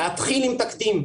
להתחיל עם תקדים.